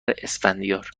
اسفندیار